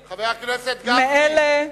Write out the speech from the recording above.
מאלה,